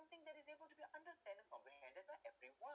something that is able to be understand and comprehend by everyone